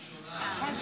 משימה ראשונה.